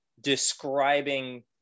describing